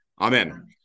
Amen